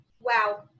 wow